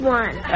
one